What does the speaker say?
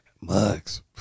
Mugs